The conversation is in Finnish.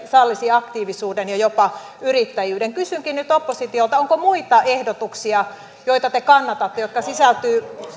sallisi aktiivisuuden ja jopa yrittäjyyden kysynkin nyt oppositiolta onko muita ehdotuksia joita te kannatatte jotka sisältyvät